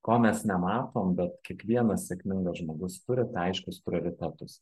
ko mes nematom bet kiekvienas sėkmingas žmogus turi tai aiškius prioritetus